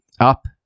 up